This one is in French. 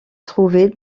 trouver